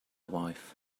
wife